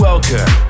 Welcome